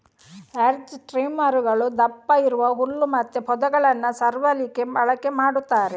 hedge ಟ್ರಿಮ್ಮರುಗಳು ದಪ್ಪ ಇರುವ ಹುಲ್ಲು ಮತ್ತೆ ಪೊದೆಗಳನ್ನ ಸವರ್ಲಿಕ್ಕೆ ಬಳಕೆ ಮಾಡ್ತಾರೆ